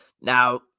Now